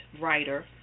writer